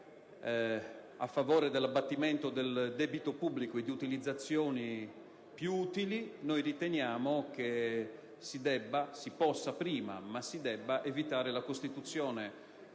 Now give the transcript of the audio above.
a favore dell'abbattimento del debito pubblico e di utilizzazioni più utili. Per tali ragioni, riteniamo che si possa, prima, ma si debba evitare la costituzione